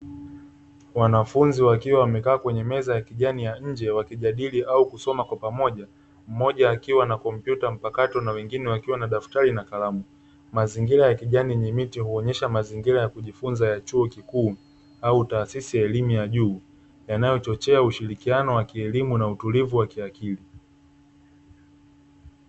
Wanafunzi wakiwa wamekaa kwenye meza ya kijani ya nje wakijadili au kusoma kwa pamoja, mmoja akiwa na kompyuta mpakato na wengine wakiwa na daftari na kalamu, mazingira ya kijani yenye miti huonyesha mazingira ya kujifunza ya chuo kikuu au taasisi ya elimu ya juu yanayochochea ushirikiano wa kielimu na utulivu wa kiakili.